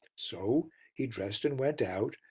so he dressed and went out,